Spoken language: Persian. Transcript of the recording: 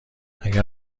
اگر